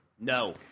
No